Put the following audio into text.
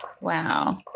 Wow